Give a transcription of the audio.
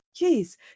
Jeez